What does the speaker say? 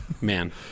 Man